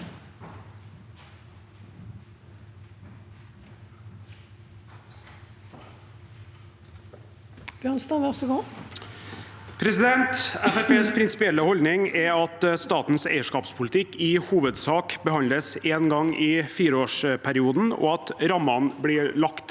ets prinsipielle holdning er at statens eierskapspolitikk i hovedsak behandles én gang i fireårsperioden, at rammene blir lagt der,